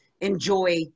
enjoy